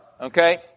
Okay